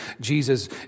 Jesus